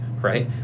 right